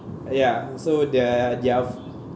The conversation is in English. ya so their their